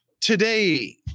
today